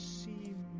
seem